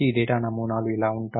ఈ డేటా నమూనాలు ఇలా ఉంటాయి